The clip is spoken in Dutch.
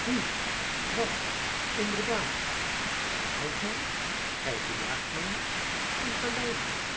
hoe wat inderdaad gij houdt mij gij verjaagt mij niet een galeiboef